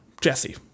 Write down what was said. Jesse